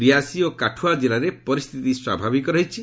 ରିଆସି ଓ କାଠୁଆ ଜିଲ୍ଲାରେ ପରିସ୍ଥିତି ସ୍ୱାଭାବିକ ରହିଛି